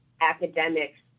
academics